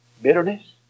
Bitterness